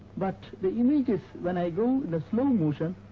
but the images, when i go in the slow motion,